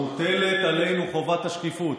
מוטלת עלינו חובת השקיפות.